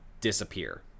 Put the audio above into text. disappear